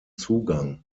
zugang